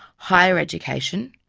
higher education,